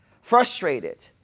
frustrated